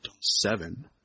seven